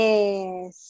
Yes